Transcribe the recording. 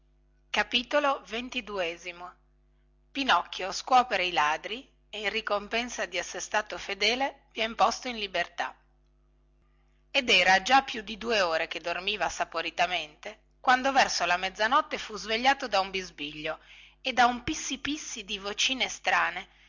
addormentò pinocchio scuopre i ladri e in ricompensa di essere stato fedele vien posto in libertà ed era già più di due ore che dormiva saporitamente quando verso la mezzanotte fu svegliato da un bisbiglio e da un pissi pissi di vocine strane